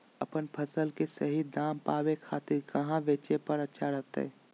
अपन फसल के सही दाम पावे खातिर कहां बेचे पर अच्छा रहतय?